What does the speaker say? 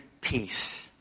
Peace